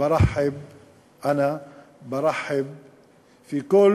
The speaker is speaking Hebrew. ברצוני לברך את כל